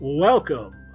Welcome